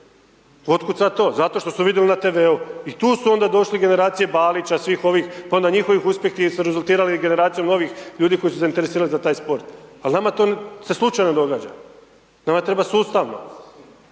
Otkud sad to? Zato što su vidjeli na TV-u i tu su onda došli generacije Balića i svih ovih. Pa onda njihovi uspjesi su rezultirali generacijom novih ljudi koji su se zainteresirali za taj sport. Ali nama to se slučajno događa. Nama treba sustavno,